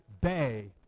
bay